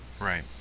Right